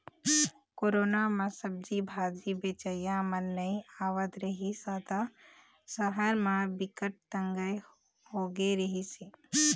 corona म सब्जी भाजी बेचइया मन नइ आवत रिहिस ह त सहर म बिकट तंगई होगे रिहिस हे